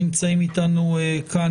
שנמצאים אתנו כאן